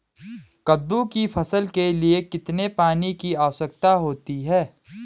कद्दू की फसल के लिए कितने पानी की आवश्यकता होती है?